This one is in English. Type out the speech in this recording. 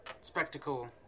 spectacle